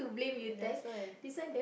that's why